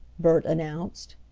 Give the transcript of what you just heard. bert announced.